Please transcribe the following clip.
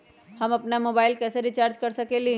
हम अपन मोबाइल कैसे रिचार्ज कर सकेली?